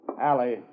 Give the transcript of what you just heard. Alley